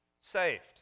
saved